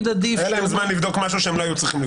היה להם זמן לבדוק משהו שהם לא היו צריכים לבדוק.